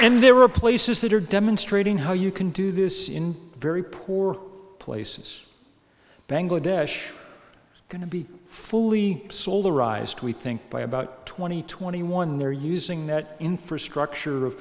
and there are places that are demonstrating how you can do this in very poor places bangladesh is going to be fully salt arised we think by about twenty twenty one they're using that infrastructure